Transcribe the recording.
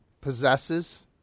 possesses